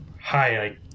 hi